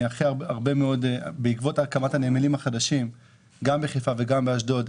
בעקבות הקמת הנמלים החדשים בחיפה ובאשדוד,